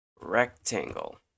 rectangle